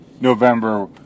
November